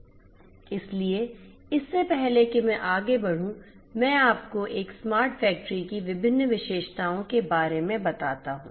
इसलिए इससे पहले कि मैं आगे बढ़ूं मैं आपको एक स्मार्ट फैक्ट्री की विभिन्न विशेषताओं के बारे में बताता हूं